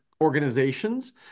organizations